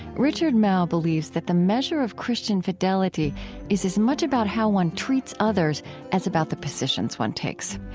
richard mouw believes that the measure of christian fidelity is as much about how one treats others as about the positions one takes.